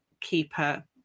keeper